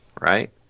right